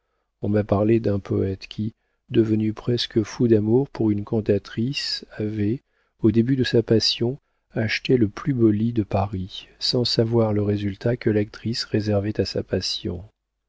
on m'a parlé d'un poëte qui devenu presque fou d'amour pour une cantatrice avait au début de sa passion acheté le plus beau lit de paris sans savoir le résultat que l'actrice réservait à sa passion